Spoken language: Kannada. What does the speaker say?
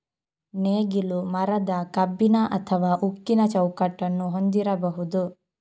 ನೇಗಿಲು ಮರದ, ಕಬ್ಬಿಣ ಅಥವಾ ಉಕ್ಕಿನ ಚೌಕಟ್ಟನ್ನು ಹೊಂದಿರಬಹುದು